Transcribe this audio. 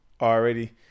already